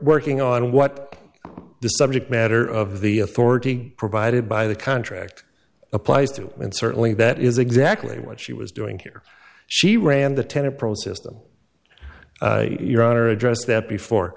working on what the subject matter of the authority provided by the contract applies to and certainly that is exactly what she was doing here she ran the ten a pro system your honor address that before